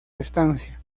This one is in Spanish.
estancia